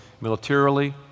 militarily